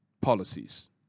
policies